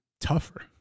tougher